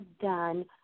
done